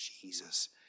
Jesus